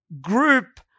group